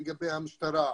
לצערנו,